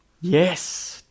Yes